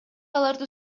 аларды